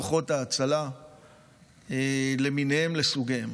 כוחות ההצלה למיניהם וסוגיהם.